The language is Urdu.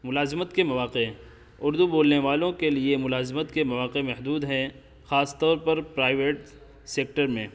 ملازمت کے مواقع اردو بولنے والوں کے لیے ملازمت کے مواقع محدود ہیں خاص طور پر پرائیویٹ سیکٹر میں